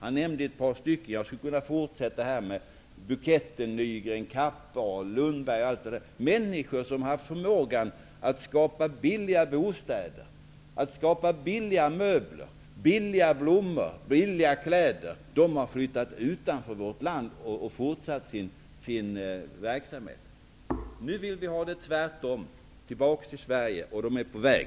Han nämnde ett par -- jag skulle kunna fortsätta med Buketten, Nygren, Kapp-Ahl, Lundberg -- människor som har haft förmågan att skapa billiga bostäder, billiga möbler, billiga blommor och billiga kläder; de har flyttat utanför vårt land och fortsatt sin verksamhet där. Nu vill vi ha det tvärtom -- vi vill ha dem tillbaka till Sverige, och de är på väg.